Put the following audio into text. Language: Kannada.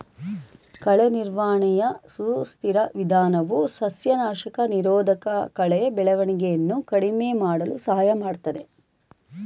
ಕಳೆ ನಿರ್ವಹಣೆಯ ಸುಸ್ಥಿರ ವಿಧಾನವು ಸಸ್ಯನಾಶಕ ನಿರೋಧಕಕಳೆ ಬೆಳವಣಿಗೆಯನ್ನು ಕಡಿಮೆ ಮಾಡಲು ಸಹಾಯ ಮಾಡ್ತದೆ